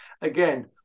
again